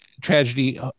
tragedy